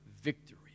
victory